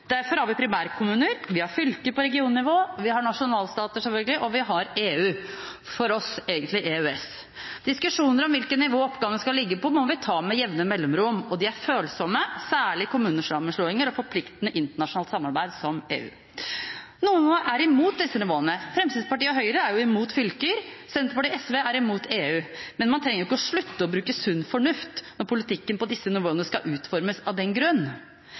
Derfor har vi primærkommuner, vi har fylker på regionnivå, vi har nasjonalstater, selvfølgelig, og vi har EU – for oss EØS. Diskusjoner om hvilket nivå oppgavene skal ligge på, må vi ta med jevne mellomrom. De er følsomme, særlig om kommunesammenslåinger og forpliktende internasjonalt samarbeid som EU. Noen er imot disse nivåene. Fremskrittspartiet og Høyre er imot fylker, Senterpartiet og SV er imot EU. Men man trenger ikke av den grunn slutte å bruke sunn fornuft når politikken på disse nivåene skal utformes.